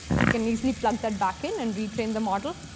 you can easily plant that back in and re-train the model.